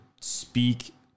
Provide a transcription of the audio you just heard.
speak